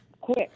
Quick